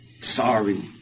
sorry